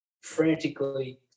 frantically